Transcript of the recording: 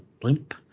Blimp